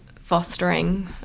fostering